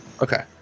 Okay